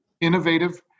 innovative